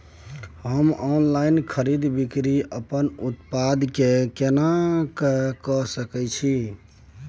हम ऑनलाइन खरीद बिक्री अपन उत्पाद के केना के सकै छी?